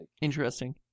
Interesting